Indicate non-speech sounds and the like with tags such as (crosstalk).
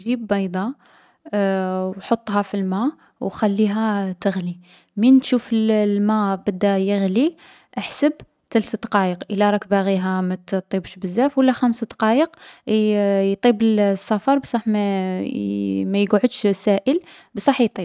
جيب بيضة و حطها في الما و خليها تغلي. من تشوف الـ الما بدا يغلي، احسب تلت دقايق إلا راك باغيها ما طيبش بزاف، و لا خمس دقايق يـ يطيب الصفار بصح ما يـ (hesitation) ما يقعدش سائل بصح يطيب.